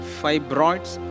fibroids